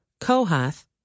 Kohath